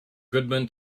goodman